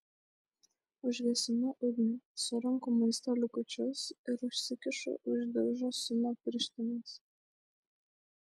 užgesinu ugnį surenku maisto likučius ir užsikišu už diržo sino pirštines